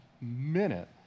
minute